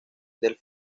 del